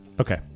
Okay